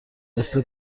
مثل